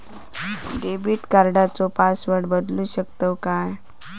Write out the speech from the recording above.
Debit कार्डचो password बदलु शकतव काय?